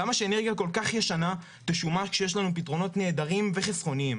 למה שאנרגיה כל כך ישנה תשונע כשיש לנו פתרונות נהדרים וחסכוניים?